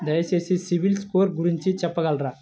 దయచేసి సిబిల్ స్కోర్ గురించి చెప్పగలరా?